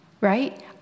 right